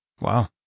Wow